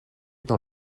dans